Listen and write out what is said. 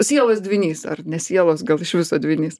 sielos dvynys ar ne sielos gal iš viso dvynys